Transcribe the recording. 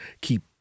keep